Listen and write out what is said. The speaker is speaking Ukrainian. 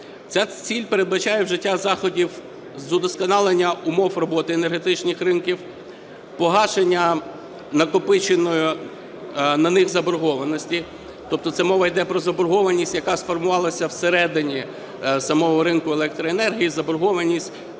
Ця ціль передбачає вжиття заходів з удосконалення умов роботи енергетичних ринків, погашення накопиченої на них заборгованості. Тобто це мова йде про заборгованість, яка сформувалася всередині самого ринку електроенергії, заборгованість